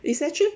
it's actually